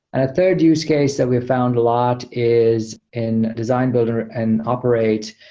a third use case that we found a lot is in design building and operate,